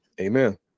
Amen